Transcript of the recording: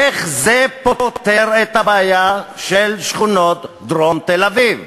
איך זה פותר את הבעיה של שכונות דרום תל-אביב?